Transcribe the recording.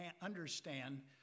understand